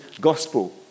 gospel